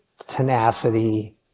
tenacity